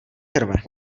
krve